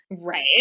right